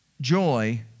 joy